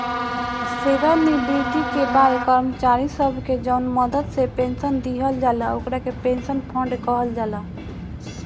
सेवानिवृत्ति के बाद कर्मचारी सब के जवन मदद से पेंशन दिहल जाला ओकरा के पेंशन फंड कहल जाला